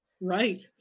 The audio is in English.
Right